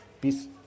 peace